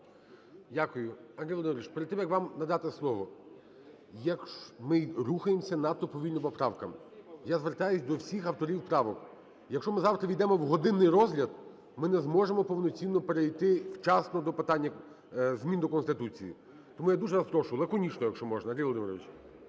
Дякую. Андрій Володимирович, перед тим, як вам надати слово. Ми рухаємося надто повільно по правках. Я звертаюся до всіх авторів правок. Якщо ми завтра ввійдемо в годинний розгляд, ми не зможемо повноцінно перейти, вчасно до питання змін до Конституції. Тому я дуже вас прошу, лаконічно, якщо можна,